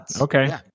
okay